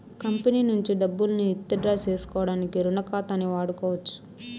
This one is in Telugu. కంపెనీ నుంచి డబ్బుల్ని ఇతిడ్రా సేసుకోడానికి రుణ ఖాతాని వాడుకోవచ్చు